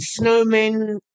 snowmen